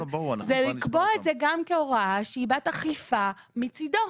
זה לקבוע את זה גם כהוראה שהיא בת אכיפה מצידו.